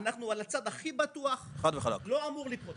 אנחנו על הצד הכי בטוח, לא אמור לקרות?